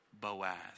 Boaz